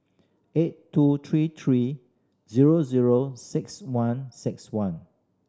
eight two three three zero zero six one six one